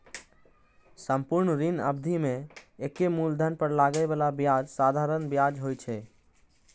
संपूर्ण ऋण अवधि मे एके मूलधन पर लागै बला ब्याज साधारण ब्याज होइ छै